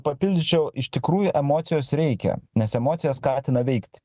papildyčiau iš tikrųjų emocijos reikia nes emocijas skatina veikti